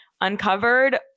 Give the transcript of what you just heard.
uncovered